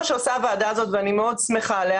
שעושה הוועדה הזאת ואני מאוד שמחה על כך